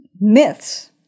myths